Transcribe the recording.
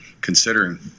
considering